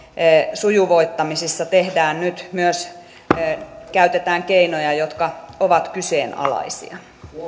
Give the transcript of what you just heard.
sujuvoittamisessa käytetään nyt myös keinoja jotka ovat kyseenalaisia